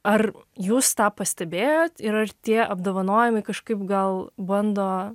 ar jūs tą pastebėjot ir ar tie apdovanojimai kažkaip gal bando